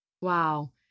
Wow